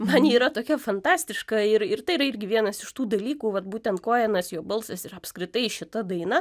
man ji yra tokia fantastiška ir ir tai irgi vienas iš tų dalykų vat būtent koenas jo balsas ir apskritai šita daina